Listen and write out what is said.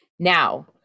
now